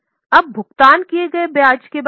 अब भुगतान किए गए ब्याज के बारे में